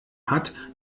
hat